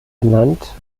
benannt